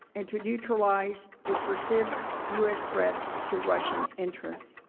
and to neutralize a perceived u s. thread to russian interests.